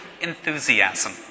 enthusiasm